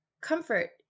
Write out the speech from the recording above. comfort